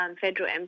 federal